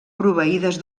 proveïdes